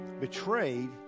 betrayed